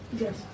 Yes